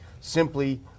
simply